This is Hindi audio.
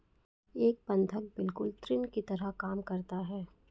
एक बंधक बिल्कुल ऋण की तरह काम करता है